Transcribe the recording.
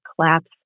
collapse